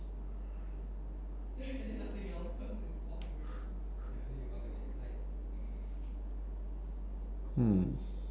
hmm